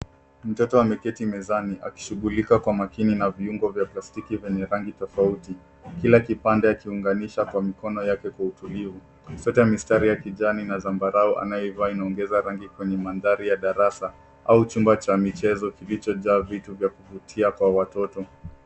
Mtoto ameketi mezani akishulika kwa makini na viungo vya plastiki venye rangi tafauti. Kila kipande akiunganisha kwa mikono yake kwa utulivu. Sweta ya mistari ya kijani na sambarua anayeivaa anaongeza rangi kwenye maandari ya darasa au chumba cha mchezo kilicho jaa vitu vya kufutia kwa watoto.